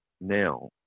Now